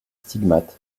stigmates